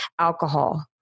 alcohol